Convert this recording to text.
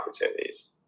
opportunities